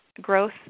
growth